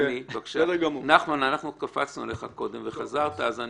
נחמן, אני אסביר לך אחר כך.